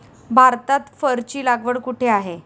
भारतात फरची लागवड कुठे आहे?